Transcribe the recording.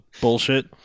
bullshit